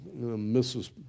Mrs